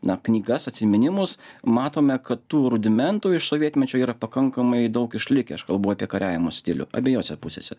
na knygas atsiminimus matome kad tų rudimentų iš sovietmečio yra pakankamai daug išlikę aš kalbu apie kariavimo stilių abiejose pusėse